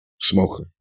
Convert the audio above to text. smoker